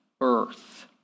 earth